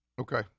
okay